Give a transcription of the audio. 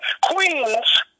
queens